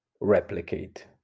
replicate